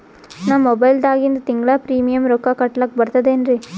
ನಮ್ಮ ಮೊಬೈಲದಾಗಿಂದ ತಿಂಗಳ ಪ್ರೀಮಿಯಂ ರೊಕ್ಕ ಕಟ್ಲಕ್ಕ ಬರ್ತದೇನ್ರಿ?